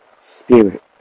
spirit